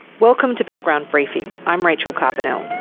welcome to background briefing. i'm rachel carbonell.